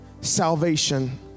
salvation